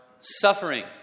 suffering